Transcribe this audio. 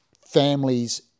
families